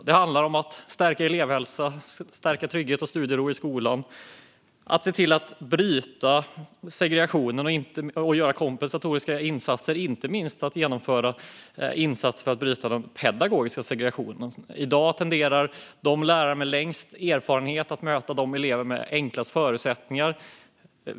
Det handlar om att stärka elevhälsa, trygghet och studiero i skolan, att bryta segregationen och att göra kompensatoriska insatser, inte minst för att bryta den pedagogiska segregationen. I dag tenderar de lärare som har längst erfarenhet att möta de elever som har enklast förutsättningar.